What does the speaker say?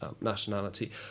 nationality